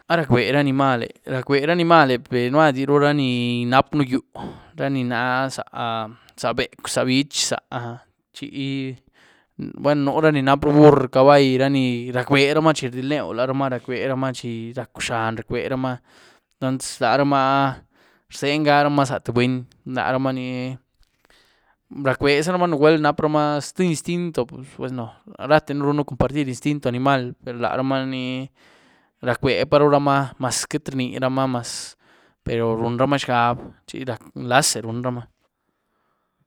¿A rac´beh ra animaleh? Rac´beh ra animaleh peh madihru ra ní napën nuu yuu, ra ni na zá becw za biéch zá, chi buen nú ra ni rap burr, cabai, ra ni rac´beramaa chi rdyelën laramaa, rac´beramaa chi rac´úh zhaan, rac´beramaa entons laramaa rzyengaramaa zá tié buny, laramaa ni rac´bezarumaa nuu gwuel napramaa ztié instinto, bueno ratën runën compartir instinto animal per laramaa ní rac´beparumaa máz quiety rniramaa, máz, pero runramaa xgab chi rac nlaze runramaa.